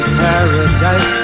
paradise